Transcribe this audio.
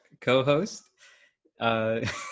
co-host